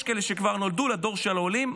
יש כאלה שכבר נולדו לדור של העולים.